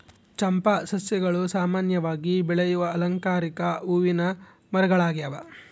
ಚಂಪಾ ಸಸ್ಯಗಳು ಸಾಮಾನ್ಯವಾಗಿ ಬೆಳೆಯುವ ಅಲಂಕಾರಿಕ ಹೂವಿನ ಮರಗಳಾಗ್ಯವ